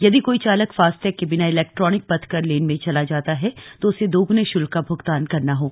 यदि कोई चालक फास्टैग के बिना इलेक्ट्रॉनिक पथकर लेन में चला जाता है तो उसे दोगुने शुल्क का भ्गतान करना होगा